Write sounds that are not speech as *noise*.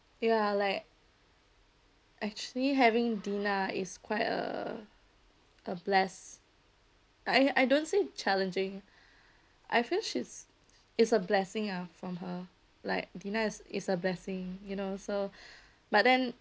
ya like actually having dina is quite a a bless I I don't say challenging I feel she's is a blessing ah from her like dina is a blessing you know so *breath* but then